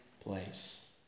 place